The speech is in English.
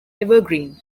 evergreen